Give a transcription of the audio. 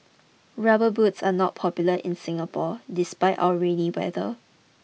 rubber boots are not popular in Singapore despite our rainy weather